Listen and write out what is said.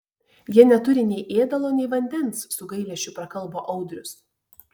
jie neturi nei ėdalo nei vandens su gailesčiu prakalbo audrius